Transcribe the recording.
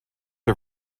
are